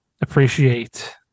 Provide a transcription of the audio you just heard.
appreciate